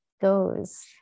goes